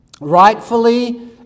rightfully